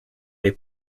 les